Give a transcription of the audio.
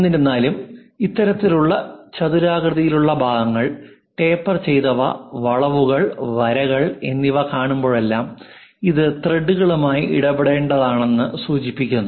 എന്നിരുന്നാലും ഇത്തരത്തിലുള്ള ചതുരാകൃതിയിലുള്ള ഭാഗങ്ങൾ ടേപ്പർ ചെയ്തവ വളവുകൾ വരകൾ എന്നിവ കാണുമ്പോഴെല്ലാം ഇത് ത്രെഡുകളുമായി ഇടപെടേണ്ടതാണെന്ന് സൂചിപ്പിക്കുന്നു